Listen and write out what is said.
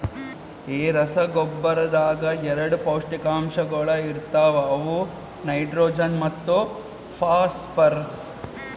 ಈ ರಸಗೊಬ್ಬರದಾಗ್ ಎರಡ ಪೌಷ್ಟಿಕಾಂಶಗೊಳ ಇರ್ತಾವ ಅವು ನೈಟ್ರೋಜನ್ ಮತ್ತ ಫಾಸ್ಫರ್ರಸ್